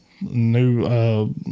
new